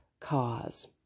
cause